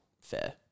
fair